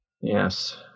Yes